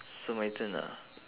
so my turn ah